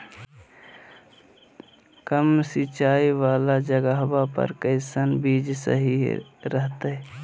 कम सिंचाई वाला जगहवा पर कैसन बीज सही रहते?